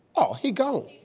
oh, he gone.